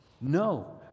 No